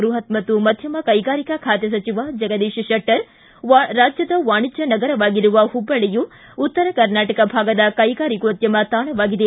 ಬೃಹತ್ ಮತ್ತು ಮಧ್ಯಮ ಕೈಗಾರಿಕಾ ಖಾತೆ ಸಚಿವ ಜಗದೀಶ್ ಶೆಟ್ಟರ್ ಮಾತನಾಡಿ ರಾಜ್ಯದ ವಾಣಿಜ್ಯ ನಗರವಾಗಿರುವ ಹುಬ್ಬಳ್ಳಿಯು ಉತ್ತರ ಕರ್ನಾಟಕ ಭಾಗದ ಕೈಗಾರಿಕೋದ್ಯಮ ತಾಣವಾಗಿದೆ